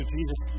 Jesus